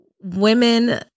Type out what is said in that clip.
women